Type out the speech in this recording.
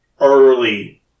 early